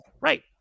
Right